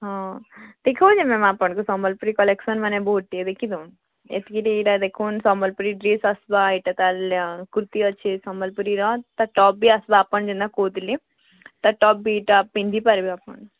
ହଁ ଦେଖଉଚି ମ୍ୟାମ୍ ଆପଣଙ୍କୁ ସମ୍ୱଲପୁରୀ କଲେକସନ୍ ମାନେ ବହୁତ୍ ଟିକେ ଦେଖିଦଉନ୍ ଏତକି ଟି ଏଇଟା ଦେଖୁନ୍ ସମ୍ୱଲପୁରୀ ଡ଼୍ରେସ୍ ଆସ୍ବା ଏଇଟା ତା'ର୍ କୁର୍ତ୍ତୀ ଅଛେ ସମ୍ୱଲପୁରୀର ତା'ର୍ ଟପ୍ ବି ଆସ୍ବା ଆପଣ ଯେନ୍ତା କହୁଥିଲେ ତାର୍ ଟପ୍ ବି ଇଟା ପିନ୍ଧିପାର୍ବେ ଆପଣ